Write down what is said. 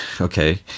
okay